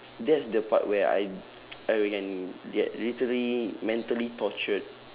that's the part where I I can get literally mentally tortured